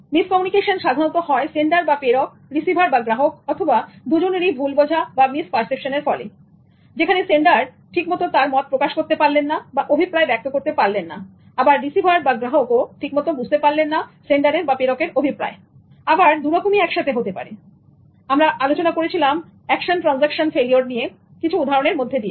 miss communication সাধারণত হয় sender বা প্রেরক রিসিভার বা গ্রাহক অথবা দুজনেরই ভুল বোঝা বা মিস পার্সেপশনের ফলে যেখানে সেন্ডার ঠিকমতো তার মত প্রকাশ করতে পারলেন না বা অভিপ্রায় ব্যক্ত করতে পারলেন না আবার রিসিভার বা গ্রাহক ও ঠিকমতো বুঝতে পারলেন না প্রেরকের অভিপ্রায় আবার দুরকমই একসাথে হতে পারে এবং আমরা আলোচনা করেছিলাম একশন ট্রানজেকশন ফেলিওর নিয়ে কিছু উদাহরণ এর মধ্যে দিয়ে